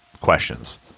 questions